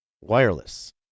wireless